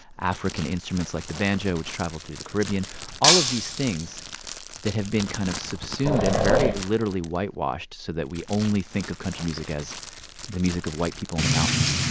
african instruments, like the banjo, which traveled through the caribbean all of these things that have been kind of subsumed and very literally whitewashed so that we only think of country music as the music of white people in the mountains.